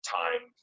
time